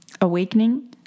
awakening